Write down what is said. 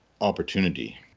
opportunity